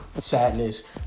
sadness